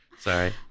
Sorry